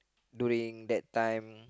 during that time